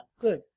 good